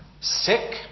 sick